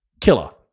killer